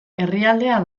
herrialdea